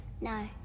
No